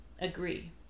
agree